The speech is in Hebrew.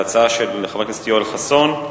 להצעה של חבר הכנסת יואל חסון,